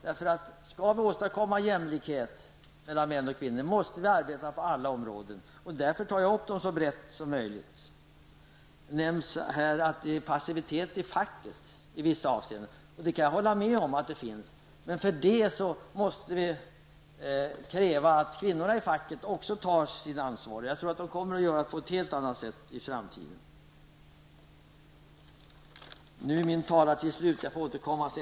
Om vi skall åstadkomma jämställdhet mellan kvinnor och män måste vi arbeta på alla områden; därför behandlar jag detta så brett som möjligt. Här har nämnts passivitet inom facket i vissa avseenden. Jag kan hålla med om att det förekommer. Men vi måste ändå kräva att också kvinnorna tar sitt ansvar i facket. Det tror jag att de kommer att göra i större utsträckning i framtiden. Nu är min talartid slut. Jag får återkomma senare.